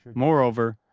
moreover,